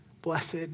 Blessed